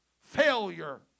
Failure